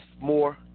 more